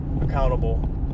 accountable